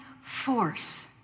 force